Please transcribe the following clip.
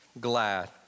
glad